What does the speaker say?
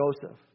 Joseph